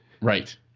Right